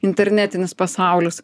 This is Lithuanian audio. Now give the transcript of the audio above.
internetinis pasaulis